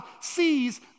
sees